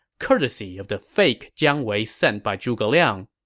courtesy of the fake jiang wei sent by zhuge liang.